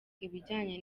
ibijyanye